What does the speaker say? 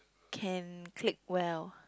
can click well